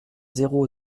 zéro